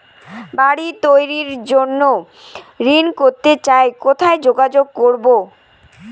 বাড়ি তৈরির জন্য ঋণ করতে চাই কোথায় যোগাযোগ করবো?